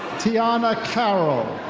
tiana carol.